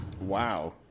Wow